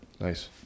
nice